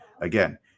again